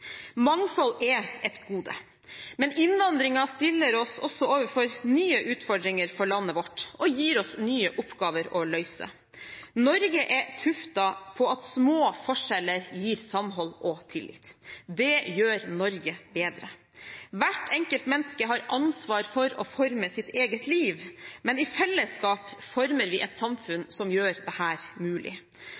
Mangfold er et gode, men innvandringen stiller oss også overfor nye utfordringer for landet vårt og gir oss nye oppgaver å løse. Norge er tuftet på at små forskjeller gir samhold og tillit. Det gjør Norge bedre! Hvert enkelt menneske har ansvar for å forme sitt eget liv, men i fellesskap former vi et samfunn som gjør dette mulig.